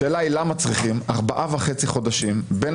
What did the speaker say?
השאלה היא למה צריכים ארבעה וחצי חודשים בין